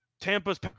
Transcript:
Tampa's